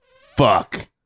fuck